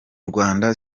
rwanda